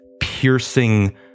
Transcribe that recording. piercing